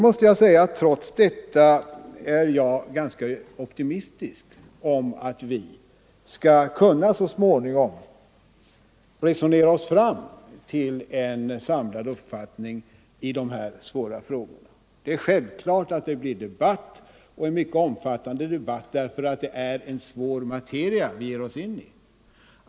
Men trots detta är jag ganska optimistisk om våra möjligheter att så småningom resonera oss fram till en samlad uppfattning i dessa svåra frågor. Det är självklart att det blir debatt, och en mycket omfattande debatt; det är en svår materia vi ger oss in i.